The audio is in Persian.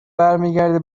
برمیگرده